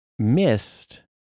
Missed